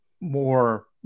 more